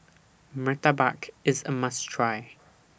Murtabak IS A must Try